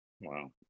Wow